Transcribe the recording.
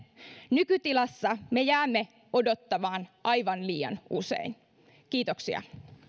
nykytilassa me jäämme odottamaan aivan liian usein kiitoksia